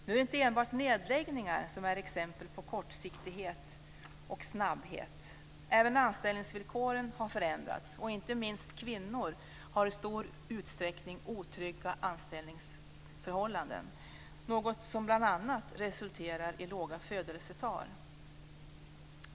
Nu är det inte enbart nedläggningar som är exempel på kortsiktighet. Även anställningsvillkoren har förändrats, och inte minst kvinnor har i stor utsträckning otrygga anställningsförhållanden - något som bl.a. resulterar i låga födelsetal.